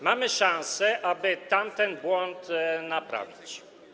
Mamy szansę, aby tamten błąd naprawić.